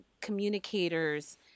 communicators